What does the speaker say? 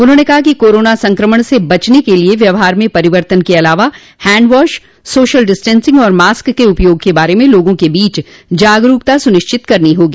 उन्होंने कहा कि कोरोना संकमण से बचने के लिए व्यवहार में परिवर्तन के अलावा हैंड वॉश सोशल डिस्टेंसिंग और मॉस्क के उपयोग के बारे में लोगों के बीच जागरूकता सुनिश्चित करनी होगी